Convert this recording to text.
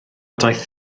daeth